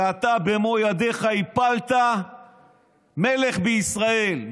ואתה במו ידיך הפלת מלך בישראל,